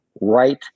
right